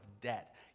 debt